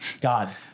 God